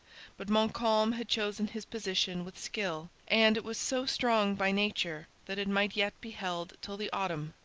but montcalm had chosen his position with skill, and it was so strong by nature that it might yet be held till the autumn,